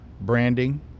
branding